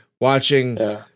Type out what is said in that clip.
watching